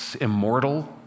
immortal